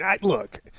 look